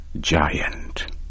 giant